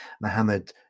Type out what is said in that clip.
Mohammed